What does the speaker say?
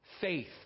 faith